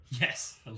Yes